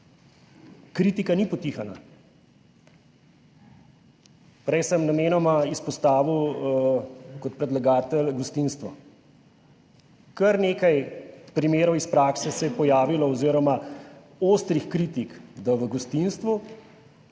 kritika ni potihnila. Prej sem namenoma izpostavil kot predlagatelj gostinstvo. Kar nekaj primerov iz prakse se je pojavilo oziroma ostrih kritik, da v gostinstvu